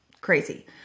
Crazy